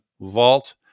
Vault